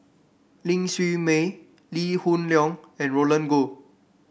Ling Siew May Lee Hoon Leong and Roland Goh